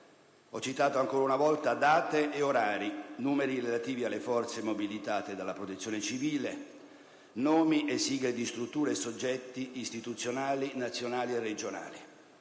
Ho citato ancora una volta date e orari, numeri relativi alle forze mobilitate dalla Protezione civile, nomi e sigle di strutture e soggetti istituzionali, nazionali e regionali.